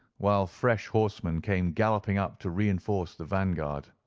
while fresh horsemen came galloping up to reinforce the vanguard.